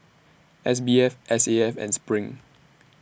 S B F S A F and SPRING